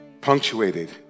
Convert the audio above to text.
punctuated